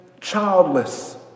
childless